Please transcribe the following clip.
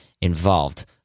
involved